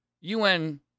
UN